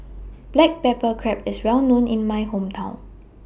Black Pepper Crab IS Well known in My Hometown